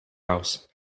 house